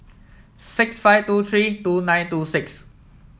six five two three two nine two six